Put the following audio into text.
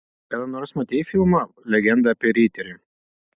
kada nors matei filmą legenda apie riterį